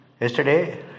Yesterday